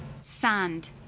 Sand